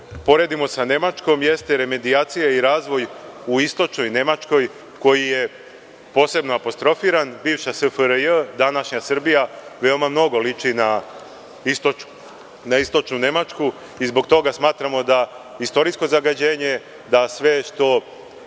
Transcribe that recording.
poredimo sa Nemačkom jeste remedijacija i razvoj u Istočnoj Nemačkoj, koji je posebno apostrofiran. Bivša SFRJ, današnja Srbija, veoma mnogo liči na Istočnu Nemačku. Zbog toga smatramo da istorijsko zagađenje, da sve što